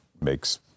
makes